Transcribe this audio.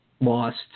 lost